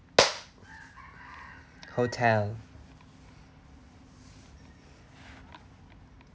hotel